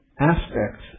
aspects